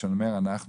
כשאני אומר אנחנו,